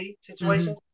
situation